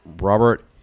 Robert